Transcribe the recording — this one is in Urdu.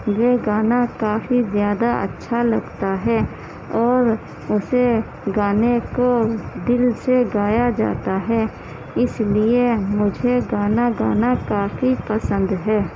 وہ گانا کافی زیادہ اچھا لگتا ہے اور اسے گانے کو دل سے گایا جاتا ہے اس لیے مجھے گانا گانا کافی پسند ہے